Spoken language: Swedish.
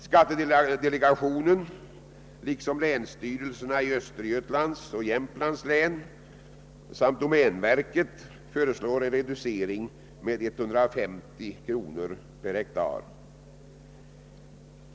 Skattedelegationen liksom länsstyrelserna i Östergötlands och Jämtlands län samt domänverket föreslår en reducering med 150 kronor per hektar.